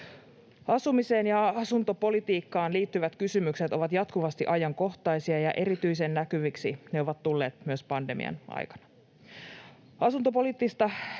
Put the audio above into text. Asumiseen ja asuntopolitiikkaan liittyvät kysymykset ovat jatkuvasti ajankohtaisia, ja erityisen näkyviksi ne ovat tulleet myös pandemian aikana. Asuntopoliittista